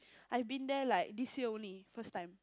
I've been there like this year only first time